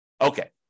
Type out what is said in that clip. Okay